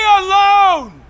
alone